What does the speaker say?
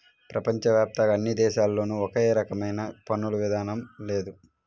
ప్రపంచ వ్యాప్తంగా అన్ని దేశాల్లోనూ ఒకే రకమైన పన్నుల విధానం లేదు